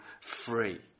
free